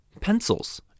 pencils